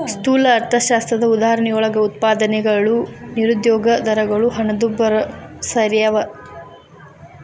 ಸ್ಥೂಲ ಅರ್ಥಶಾಸ್ತ್ರದ ಉದಾಹರಣೆಯೊಳಗ ಉತ್ಪಾದನೆಗಳು ನಿರುದ್ಯೋಗ ದರಗಳು ಹಣದುಬ್ಬರ ಸೆರ್ಯಾವ